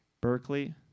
Berkeley